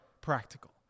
practical